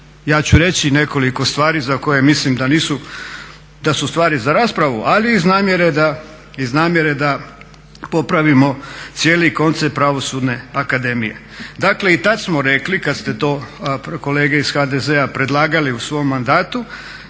Ja ću reći nekoliko stvari za koje mislim da su stvari za raspravu ali iz namjere da popravimo cijeli koncept Pravosudne akademije. Dakle, i tad smo rekli kad ste to kolege iz HDZ-a predlagali u svom mandatu,